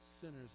sinners